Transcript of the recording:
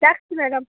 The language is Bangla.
রাখছি ম্যাডাম